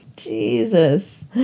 Jesus